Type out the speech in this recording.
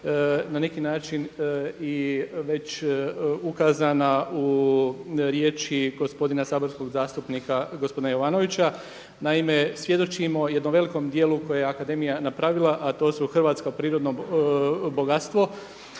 na neki način i već ukazana u riječi gospodina saborskog zastupnika gospodina Jovanovića. Naime, svjedočimo jednom velikom djelu koje je akademija napravila, a to su hrvatsko prirodno bogatstvo,